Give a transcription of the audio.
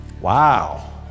Wow